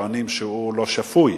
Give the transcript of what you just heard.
שטוענים שהוא לא שפוי.